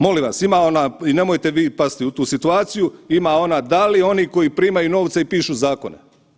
Molim vas ima ona i nemojte vi pasti u tu situaciju ima ona, da li oni koji primaju novce i pišu zakone.